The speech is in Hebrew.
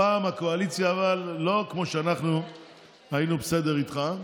הפעם הקואליציה לא כמו שאנחנו היינו בסדר איתך.